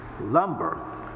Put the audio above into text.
lumber